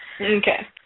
Okay